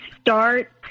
start